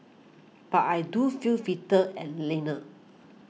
but I do feel fitter and leaner